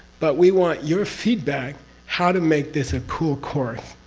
but we want your feedback how to make this a cool course,